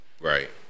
Right